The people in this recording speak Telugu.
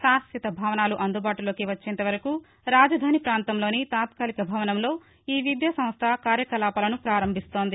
శాశ్వత భవనాలు అందుబాటులోకి వచ్చేంతవరకు రాజధాని పాంతంలోని తాత్కాలిక భవనంలో ఈ విద్యాసంస్ట కార్యకలాపాలను పారంభిస్తోంది